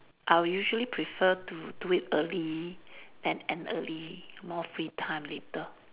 I will usually prefer to do it early and end early more free time later